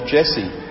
Jesse